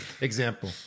example